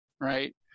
right